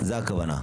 זאת הכוונה.